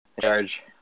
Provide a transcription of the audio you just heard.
charge